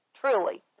truly